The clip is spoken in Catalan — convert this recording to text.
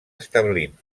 establint